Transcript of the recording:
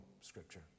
scripture